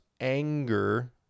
anger